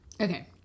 Okay